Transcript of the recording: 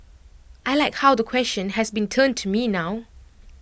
I Like how the question has been turned to me now